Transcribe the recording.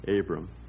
Abram